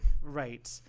Right